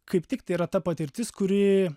kaip tik tai yra ta patirtis kuri